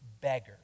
beggar